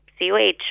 CUH